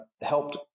helped